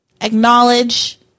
acknowledge